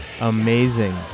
Amazing